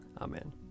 Amen